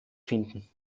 finden